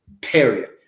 Period